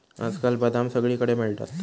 आजकाल बदाम सगळीकडे मिळतात